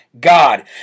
God